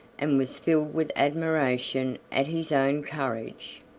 and was filled with admiration at his own courage.